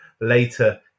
later